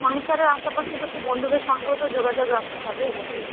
সংসারের আশেপাশে তো একটু বন্ধুদের সঙ্গেও তো যোগাযোগ রাখতে হবে নাকি